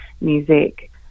music